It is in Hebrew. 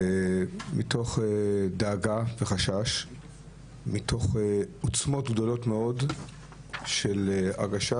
מתוך דאגה וחשש מתוך עוצמות גדולות מאוד של הרגשה